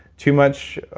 too much